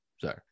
Sorry